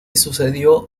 sucedió